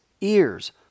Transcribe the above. ears